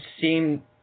seem